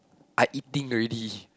I eating already